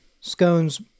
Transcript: scones